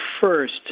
first